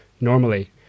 normally